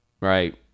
right